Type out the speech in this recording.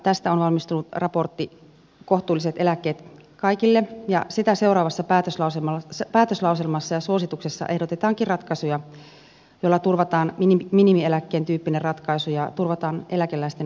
tästä on valmistunut raportti kohtuulliset eläkkeet kaikille ja sitä seuraavassa päätöslauselmassa ja suosituksessa ehdotetaankin ratkaisuja joilla turvataan minimieläkkeen tyyppinen ratkaisu ja turvataan eläkeläisten oikeuksia